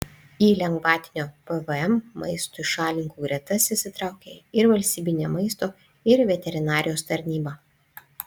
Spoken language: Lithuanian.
į lengvatinio pvm maistui šalininkų gretas įsitraukė ir valstybinė maisto ir veterinarijos tarnyba